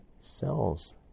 cells